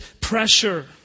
pressure